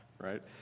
right